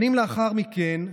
שנים לאחר מכן,